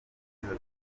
izo